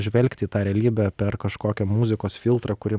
žvelgt į tą realybę per kažkokį muzikos filtrą kuri